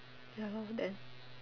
ya lor then